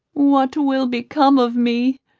what will become of me?